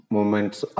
Moments